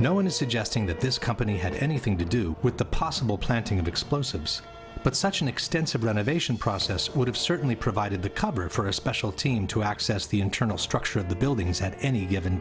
no one is suggesting that this company had anything to do with the possible planting of explosives but such an extensive renovation process would have certainly provided the cover for a special team to access the internal structure of the buildings at any given